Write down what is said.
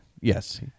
yes